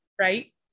Right